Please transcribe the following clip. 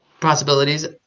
possibilities